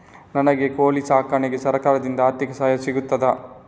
ನನಗೆ ಕೋಳಿ ಸಾಕಾಣಿಕೆಗೆ ಸರಕಾರದಿಂದ ಆರ್ಥಿಕ ಸಹಾಯ ಸಿಗುತ್ತದಾ?